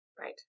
Right